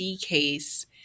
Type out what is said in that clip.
case